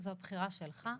זאת בחירה שלך.